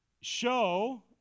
show